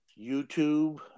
YouTube